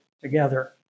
together